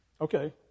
Okay